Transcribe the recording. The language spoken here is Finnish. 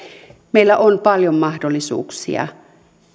meillä on paljon mahdollisuuksia